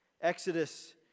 Exodus